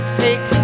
take